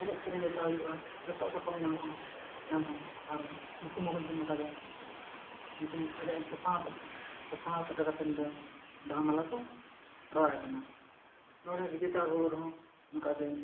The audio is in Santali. ᱮᱱᱮᱡ ᱥᱮᱨᱮᱧ ᱡᱚᱛᱚ ᱦᱩᱭᱩᱜᱼᱟ ᱡᱚᱛᱚ ᱥᱟᱯᱟᱯ ᱧᱟᱢᱚᱜᱼᱟ ᱧᱟᱢ ᱦᱚᱸ ᱟᱨᱚ ᱧᱩᱛᱩᱢ ᱦᱚᱸᱠᱚ ᱧᱩᱛᱩᱢ ᱟᱠᱟᱫᱮᱭᱟ ᱧᱩᱛᱩᱢ ᱟᱡᱟᱜ ᱛᱚᱯᱟᱦᱚᱸ ᱛᱚᱯᱟᱦᱚᱸ ᱥᱮᱴᱮᱨ ᱠᱟᱛᱮ ᱞᱮ ᱵᱟᱦᱟ ᱢᱟᱞᱟ ᱠᱚ ᱟᱨᱟᱣᱟᱭ ᱠᱟᱱᱟ ᱱᱚᱰᱮ ᱵᱤᱡᱮ ᱛᱟᱲ ᱵᱩᱨᱩ ᱨᱮᱦᱚᱸ ᱚᱱᱠᱟ ᱜᱮ